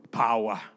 power